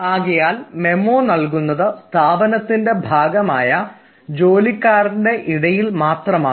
ആകയാൽ മെമ്മോ നൽകുന്നത് സ്ഥാപനത്തിൻറെ ഭാഗമായ ജോലിക്കാരുടെ ഇടയിൽ മാത്രമാണ്